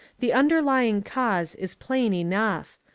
the underlying cause is plain enough.